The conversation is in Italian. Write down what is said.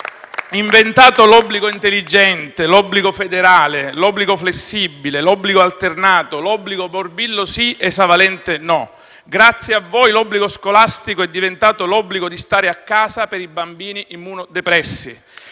inventato l'obbligo intelligente, l'obbligo federale, l'obbligo flessibile, l'obbligo alternato, l'obbligo morbillo sì, esavalente no. Grazie a voi l'obbligo scolastico è diventato l'obbligo di stare a casa per i bambini immunodepressi